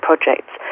projects